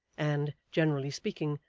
and, generally speaking,